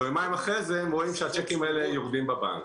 ויומיים אחרי כן הם רואים שהצ'קים האלה יורדים בבנק.